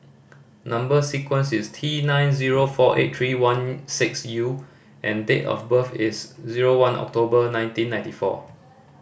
number sequence is T nine zero four eight three one six U and date of birth is zero one October nineteen ninety four